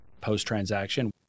post-transaction